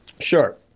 Sure